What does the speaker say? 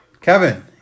Kevin